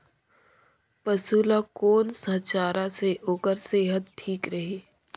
पशु ला कोन स चारा से ओकर सेहत ठीक रही?